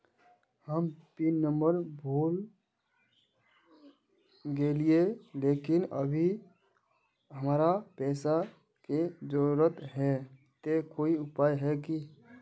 हम PIN number भूल गेलिये लेकिन अभी हमरा पैसा के जरुरत है ते कोई उपाय है की?